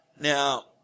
Now